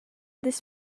this